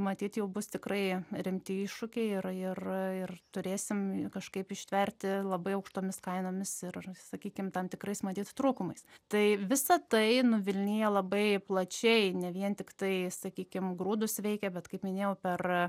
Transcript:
matyt jau bus tikrai rimti iššūkiai ir ir ir turėsim kažkaip ištverti labai aukštomis kainomis ir sakykim tam tikrais matyt trūkumais tai visa tai nuvilnija labai plačiai ne vien tiktai sakykim grūdus veikia bet kaip minėjau per